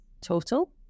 total